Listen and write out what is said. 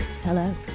Hello